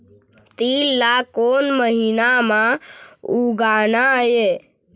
तील ला कोन महीना म उगाना ये?